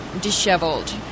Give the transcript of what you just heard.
disheveled